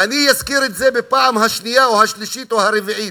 ואני אזכיר את זה בפעם השנייה או השלישית או הרביעית,